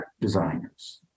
designers